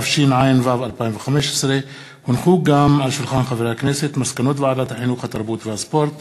התשע"ו 2015. מסקנות ועדת החינוך, התרבות והספורט